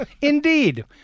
Indeed